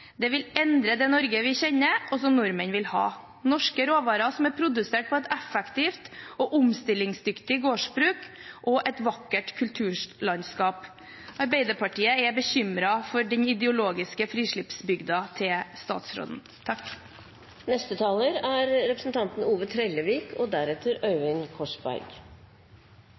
Det vil endre det Norge vi kjenner, og som nordmenn vil ha – med norske råvarer som er produsert på et effektivt og omstillingsdyktig gårdsbruk, og et vakkert kulturlandskap. Arbeiderpartiet er bekymret for den ideologiske frislippsbygda til statsråden. I går var eg i Hordaland, i vakre Kvinnherad kommune, ein av dei største, viktigaste og